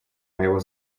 моего